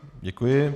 Děkuji.